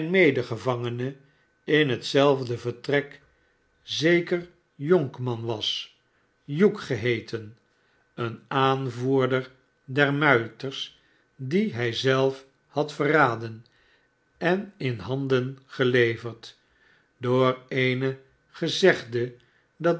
medegevangene in hetzelfde vertrek zeker jonkman was hugh geheeten een aanvoerder der muiters dien hij zelf had verraden en in handen geleverd door een gezegde dat